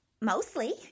mostly